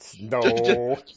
No